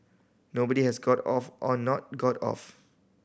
nobody has got off or not got off